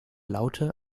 laute